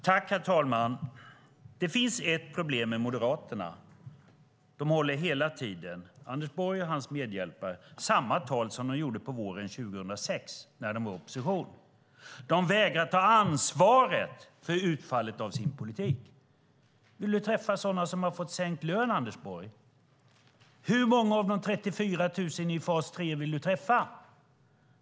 Herr talman! Det finns ett problem med Moderaterna. De håller hela tiden - Anders Borg och hans medhjälpare - samma tal som de gjorde på våren 2006, när de var i opposition. De vägrar ta ansvar för utfallet av sin politik. Vill du träffa sådana som har fått sänkt lön, Anders Borg? Hur många av de 34 000 i fas 3 vill du träffa?